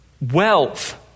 wealth